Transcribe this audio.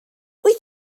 wyt